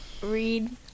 read